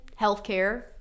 healthcare